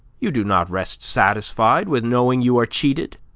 you do not rest satisfied with knowing you are cheated,